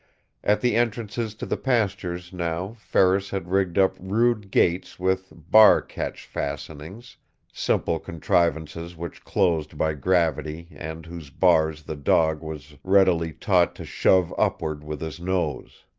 at the entrances to the pastures, now, ferris had rigged up rude gates with bar catch fastenings simple contrivances which closed by gravity and whose bars the dog was readily taught to shove upward with his nose.